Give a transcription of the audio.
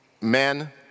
men